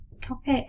topic